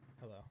Hello